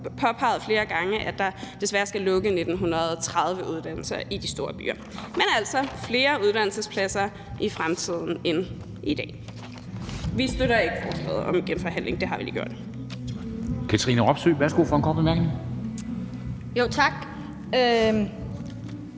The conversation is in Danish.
har påpeget flere gange, at der desværre skal lukke 1.930 uddannelsespladser i de store byer. Men altså, der kommer flere uddannelsespladser i fremtiden end i dag. Vi støtter ikke forslaget om at genforhandle – det har vi lige gjort.